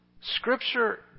Scripture